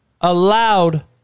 allowed